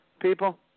people